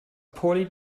poorly